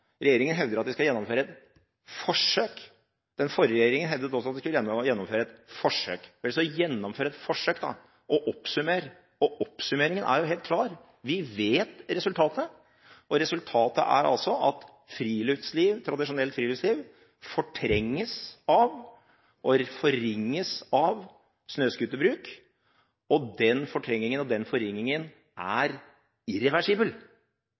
Regjeringen hevder at den skal gjennomføre et forsøk. Den forrige regjeringen hevdet også at den skulle gjennom et forsøk. Vel, så gjennomfør et forsøk og oppsummer! Og oppsummeringen er helt klar: Vi vet resultatet, og resultatet er at tradisjonelt friluftsliv fortrenges av og forringes av snøscooterbruk, og den fortrengningen og den forringelsen er irreversibel,